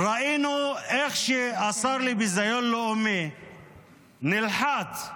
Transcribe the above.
איך שהשר לביזיון לאומי נלחץ,